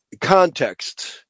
context